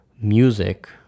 music